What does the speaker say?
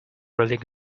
really